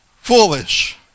Foolish